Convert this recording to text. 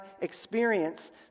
experience